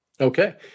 Okay